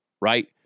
right